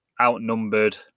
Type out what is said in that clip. outnumbered